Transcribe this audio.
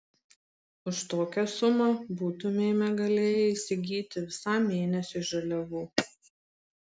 už tokią sumą būtumėme galėję įsigyti visam mėnesiui žaliavų